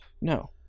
No